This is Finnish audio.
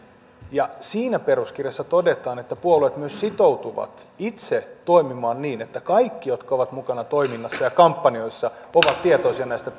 siinä peruskirjassa todetaan että puolueet myös sitoutuvat itse toimimaan niin että kaikki jotka ovat mukana toiminnassa ja kampanjoissa ovat tietoisia näistä